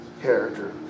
character